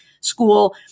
school